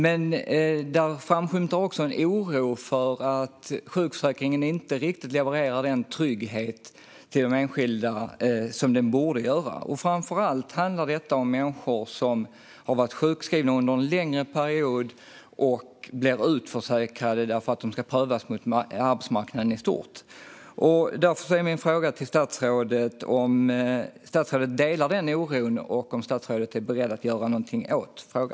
Men där framskymtar också en oro för att sjukförsäkringen inte riktigt levererar den trygghet till de enskilda som den borde göra. Framför allt handlar detta om människor som har varit sjukskrivna under en längre period och blir utförsäkrade för att de ska prövas mot arbetsmarknaden i stort. Därför är min fråga till statsrådet om han delar denna oro och om statsrådet är beredd att göra någonting åt detta.